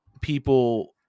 people